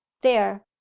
there,